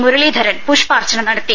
മുരളീധ്രൻ പുഷ്പാർച്ചന നടത്തി